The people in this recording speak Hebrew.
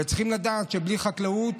וצריכים לדעת שבלי חקלאות